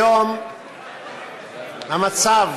כיום המצב